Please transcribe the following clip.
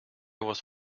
was